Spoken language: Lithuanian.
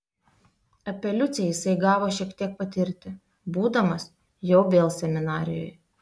apie liucę jisai gavo šiek tiek patirti būdamas jau vėl seminarijoje